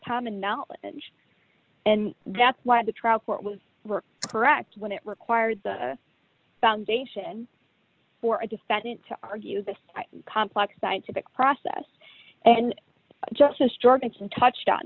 common knowledge and that's why the trial court was correct when it required the foundation for a defendant to argue this complex scientific process and just as george mentioned touched on